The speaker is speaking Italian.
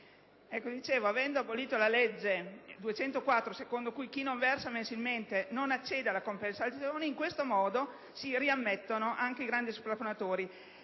Come dicevo, avendo abolito la legge n. 204, secondo cui chi non versa mensilmente non accede alla compensazione, in questo modo si riammettono anche i grandi splafonatori.